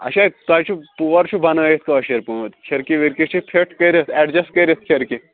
اچھا تۄہہِ چھُ پوہر چھُ بنٲیتھ کٲشر پٲٹھۍ کھرکہِ ورکہِ چھِ فٹ کٔرِتھ ایڑجسٹ کٔرِتھ کھرکہِ